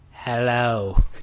hello